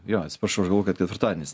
jo atsiprašau aš galvojau kad ketvirtadienis